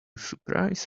surprise